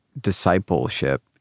discipleship